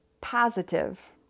positive